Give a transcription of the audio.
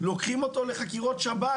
לוקחים אותו לחקירות שב"כ.